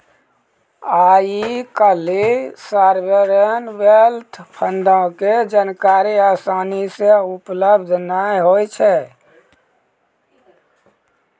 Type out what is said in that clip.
आइ काल्हि sovereign wealth फंडो के जानकारी असानी से उपलब्ध नै होय छै